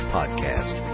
Podcast